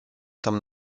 tam